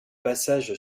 passage